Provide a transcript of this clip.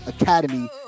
Academy